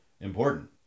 important